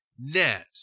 net